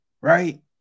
right